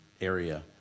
area